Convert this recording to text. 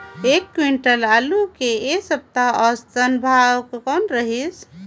एक क्विंटल आलू के ऐ सप्ता औसतन भाव कौन रहिस?